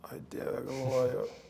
a dieve galvoju